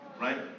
Right